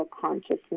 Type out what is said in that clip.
consciousness